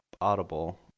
audible